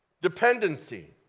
Dependency